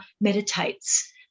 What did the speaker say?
meditates